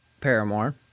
Paramore